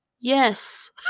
Yes